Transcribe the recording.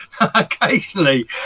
occasionally